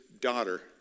daughter